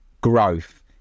growth